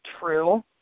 true